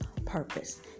purpose